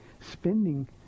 spending